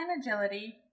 agility